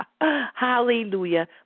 Hallelujah